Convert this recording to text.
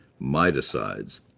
miticides